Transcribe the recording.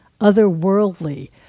otherworldly